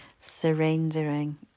surrendering